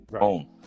own